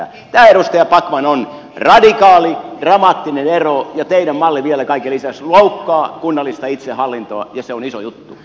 tämä edustaja backman on radikaali dramaattinen ero ja teidän mallinne vielä kaiken lisäksi loukkaa kunnallista itsehallintoa ja se on iso juttu